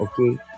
okay